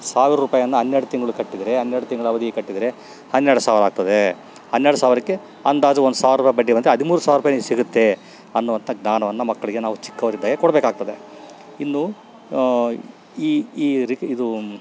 ಸಾವಿರ ರೂಪಾಯನ್ನ ಹನ್ನೆರಡು ತಿಂಗಳು ಕಟ್ಟಿದರೆ ಹನ್ನೆರಡು ತಿಂಗ್ಳ ಅವಧಿಗೆ ಕಟ್ಟಿದರೆ ಹನ್ನೆರಡು ಸಾವಿರ ಆಗ್ತದೆ ಹನ್ನೆರಡು ಸಾವಿರಕ್ಕೆ ಅಂದಾಜು ಒಂದು ಸಾವಿರ ರೂಪಾಯಿ ಬಡ್ಡಿ ಬಂದರೆ ಹದಿಮೂರು ಸಾವಿರ ರೂಪಾಯಿ ನಿಂಗೆ ಸಿಗುತ್ತೆ ಅನ್ನುವಂಥ ಜ್ಞಾನವನ್ನ ಮಕ್ಕಳಿಗೆ ನಾವು ಚಿಕ್ಕವರಿದ್ದಾಗೆ ಕೊಡಬೇಕಾಗ್ತದೆ ಇನ್ನು ಇದು